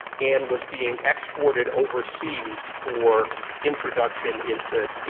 and was being exported overseas for introduction into, you